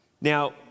Now